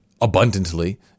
abundantly